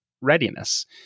readiness